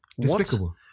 despicable